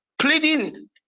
pleading